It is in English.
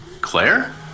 Claire